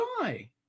die